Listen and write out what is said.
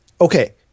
okay